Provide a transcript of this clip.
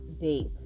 date